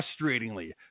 frustratingly